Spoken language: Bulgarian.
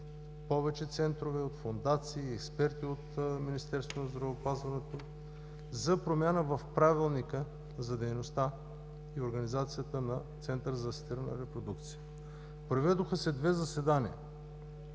повече центрове, от фондации и експерти от Министерството на здравеопазването, за промяна в Правилника за дейността и организацията на Центъра за асистирана репродукция. Проведоха се две заседания.